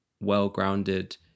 well-grounded